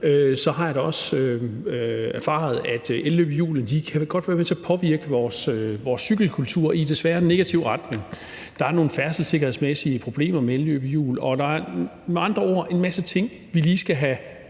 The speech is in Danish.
har jeg da også erfaret, at elløbehjul godt kan være med til at påvirke vores cykelkultur i en desværre negativ retning. Der er nogle færdselssikkerhedsmæssige problemer med elløbehjul. Der er med andre ord en masse ting, vi lige skal have